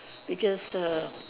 because err